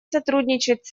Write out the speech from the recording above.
сотрудничать